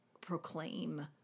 proclaim